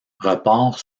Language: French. repart